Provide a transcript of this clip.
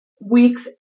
week's